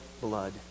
blood